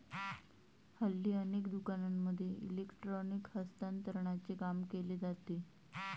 हल्ली अनेक दुकानांमध्ये इलेक्ट्रॉनिक हस्तांतरणाचे काम केले जाते